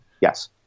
Yes